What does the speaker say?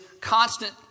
constant